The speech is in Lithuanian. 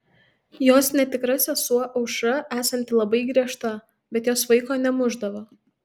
jos netikra sesuo aušra esanti labai griežta bet jos vaiko nemušdavo